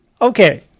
okay